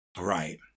right